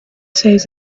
says